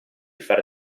far